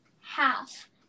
half